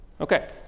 Okay